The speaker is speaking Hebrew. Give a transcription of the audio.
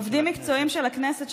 עובדים מקצועיים של הכנסת,